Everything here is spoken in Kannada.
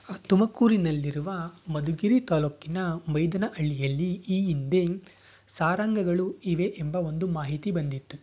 ತುಮಕೂರಿನಲ್ಲಿರುವ ಮಧುಗಿರಿ ತಾಲೂಕಿನ ಮೈದನಹಳ್ಳಿಯಲ್ಲಿ ಈ ಹಿಂದೆ ಸಾರಂಗಗಳು ಇವೆ ಎಂಬ ಒಂದು ಮಾಹಿತಿ ಬಂದಿತ್ತು